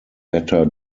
better